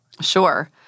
Sure